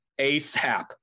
ASAP